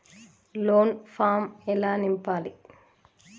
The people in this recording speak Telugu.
లోన్ ఫామ్ ఎలా నింపాలి?